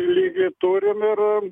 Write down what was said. lygiai turim ir